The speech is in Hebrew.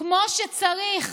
היא רוצה